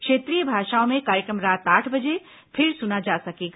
क्षेत्रीय भाषाओं में कार्यक्रम रात आठ बजे फिर सुना जा सकेगा